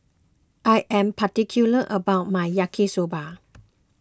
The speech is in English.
I am particular about my Yaki Soba